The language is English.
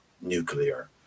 nuclear